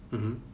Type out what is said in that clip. mmhmm